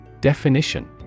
Definition